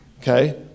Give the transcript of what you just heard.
okay